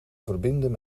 verbinden